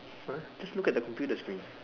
!huh! just look at the computer screen